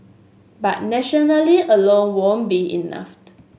but alone won't be enough